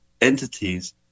entities